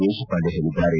ದೇಶಪಾಂಡೆ ಹೇಳಿದ್ದಾರೆ